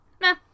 nah